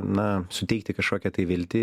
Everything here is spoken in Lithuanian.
na suteikti kažkokią tai viltį